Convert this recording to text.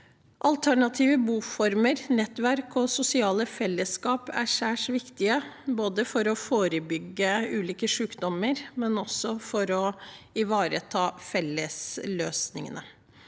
Alternative boformer, nettverk og sosiale fellesskap er særs viktig, både for å forebygge ulike sykdommer og for å ivareta fellesløsningene.